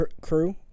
Crew